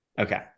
Okay